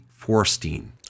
Forstein